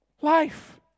life